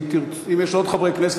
אם יש עוד חברי כנסת,